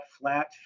flat